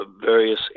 various